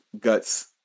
Guts